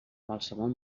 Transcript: qualsevol